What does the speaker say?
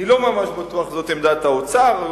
אני לא ממש בטוח שזאת עמדת האוצר.